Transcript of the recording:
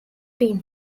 been